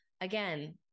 Again